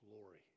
glory